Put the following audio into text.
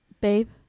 Babe